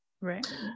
Right